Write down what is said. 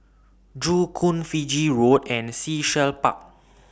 Joo Koon Fiji Road and Sea Shell Park